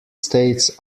states